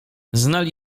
znali